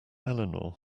eleanor